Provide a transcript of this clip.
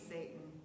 Satan